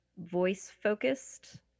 voice-focused